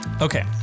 Okay